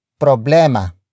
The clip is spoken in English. problema